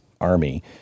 Army